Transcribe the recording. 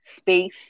space